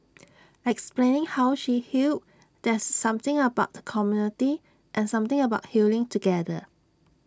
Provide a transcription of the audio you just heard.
explaining how she healed there's something about the community and something about healing together